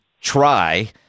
try